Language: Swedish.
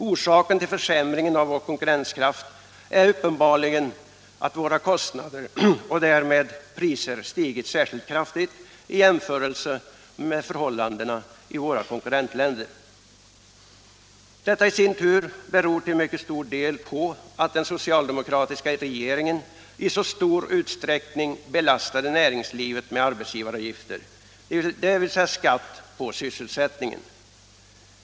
Orsaken till försämringen av vår konkurrenskraft är uppenbarligen att våra kostnader, och därmed priser, stigit särskilt kraftigt i jämförelse med förhållandena i våra konkurrentländer. Detta i sin tur beror till mycket stor del på att den socialdemokratiska regeringen i så stor utsträckning belastade näringslivet med arbetsgivaravgifter, dvs. skatt på sysselsättningen.